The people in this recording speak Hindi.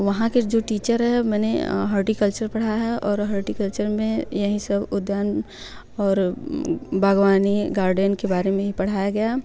वहाँ के जो टीचर है मैंने हॉटीकल्चर पढ़ा है और हॉटीकल्चर में यही सब उद्यान और बाग़बानी गार्डेन के बारे में पढ़ाया गया